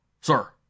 Sir